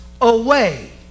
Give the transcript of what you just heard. away